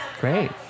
great